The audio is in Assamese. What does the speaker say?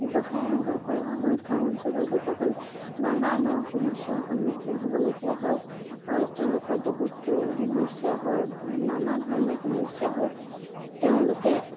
ব্যৱসায় আৰম্ভ কৰাৰ সময়ত গাঁও অঞ্চলৰ লোকসকলে নানা ন সমস্যাৰ সন্মুখীন হ'বলগীয়া হয় তেওঁলোকৰ বহুতো সমস্যা হয় নানা ধৰণৰ সমস্যা হয় তেওঁলোকে